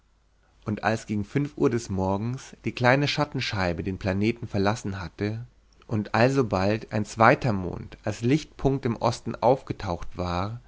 und als gegen fünf uhr des morgens die kleine schattenscheibe den planeten verlassen hatte und alsobald ein zweiter mond als lichtpunkt im osten aufgetaucht war